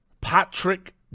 patrick